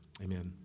Amen